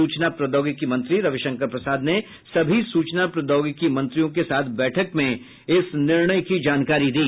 सूचना प्रोद्यौगिकी मंत्री रविशंकर प्रसाद ने सभी सूचना प्रोद्यौगिकी मंत्रियों के साथ बैठक में इस निर्णय की जानकारी दी